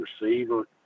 receiver